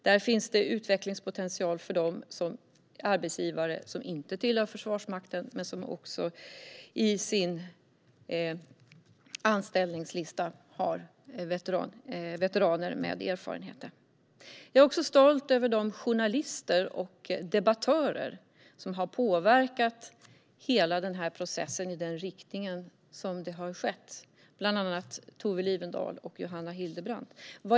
Där finns det utvecklingspotential för de arbetsgivare som inte tillhör Försvarsmakten men som i sina anställningslistor också har veteraner med erfarenheter. Jag är också stolt över de journalister och debattörer som har påverkat processen i denna riktning. Det har gjorts av bland andra Tove Lifvendahl och Johanne Hildebrandt.